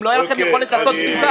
לא הייתה לכם יכולת לעשות את זה.